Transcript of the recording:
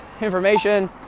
information